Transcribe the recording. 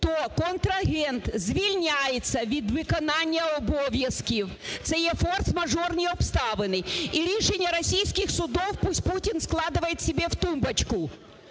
то контрагент звільняється від виконання обов'язків, це є форс-мажорні обставини. І рішення российских судов пусть Путин складывает себе в тумбочку.